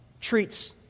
treats